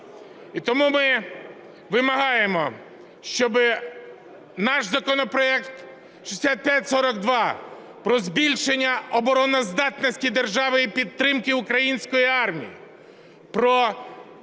І тому ми вимагаємо, щоби наш законопроект 6542 про збільшення обороноздатності держави і підтримки української армії,